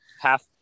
half